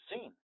seen